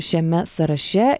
šiame sąraše